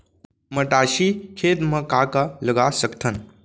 मटासी खेत म का का लगा सकथन?